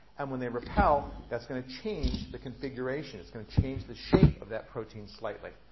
and when they repel, that's going to change the configuration. it's going to change the shape of that protein slightly.